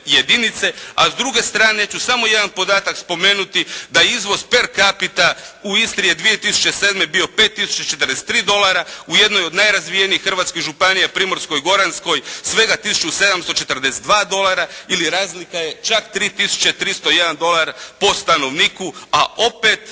jedinice, a s druge strane ću samo jedan podatak spomenuti, da izvoz per capita u Istri je 2007. bio 5 tisuća 43 dolara, u jednoj u od najrazvijenijih hrvatskih županija Primorsko-goranskoj svega tisuću 742 dolara ili razlika je čak 3 tisuće 301 dolar po stanovniku, a opet